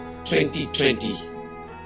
2020